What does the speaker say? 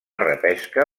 repesca